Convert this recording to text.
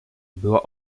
była